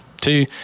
two